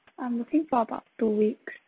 I'm looking for about two weeks